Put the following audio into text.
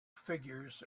figures